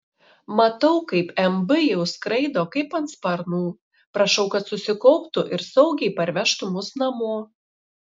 matau kaip mb jau skraido kaip ant sparnų prašau kad susikauptų ir saugiai parvežtų mus namo